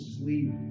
sleep